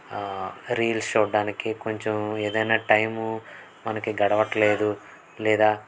reels చూడడానికి కొంచెం ఏదైనా టైము మనకి గడవట్లేదు లేదా